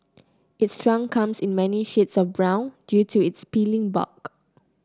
its trunk comes in many shades of brown due to its peeling bark